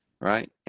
Right